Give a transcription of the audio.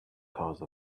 cause